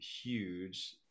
huge